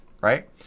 right